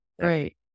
right